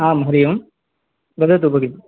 आं हरिः ओं वदतु भगिनि